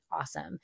awesome